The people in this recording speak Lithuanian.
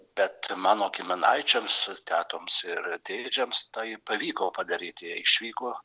bet mano giminaičiams tetoms ir dėčiams tai pavyko padaryti jie išvyko